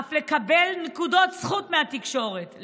ואף לקבל נקודות זכות מהתקשורת.